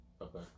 Okay